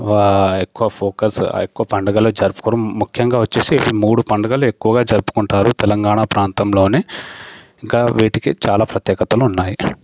వ ఎక్కువ ఫోకస్ ఎక్కువ పండగలు జరుపుకోరు ముఖ్యంగా వచ్చేసి ఇవి మూడు పండగలు ఎక్కువగా జరుపుకుంటారు తెలంగాణ ప్రాంతంలోనే ఇంకా వీటికి చాలా ప్రత్యేకతలు ఉన్నాయి